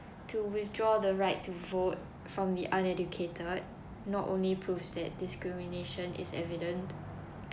to withdraw the right to vote from the uneducated not only proves that discrimination is evident